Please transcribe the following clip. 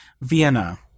Vienna